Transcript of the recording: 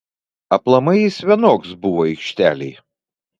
aplamai jis vienoks buvo aikštelėj